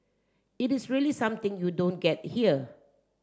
it is really something you don't get here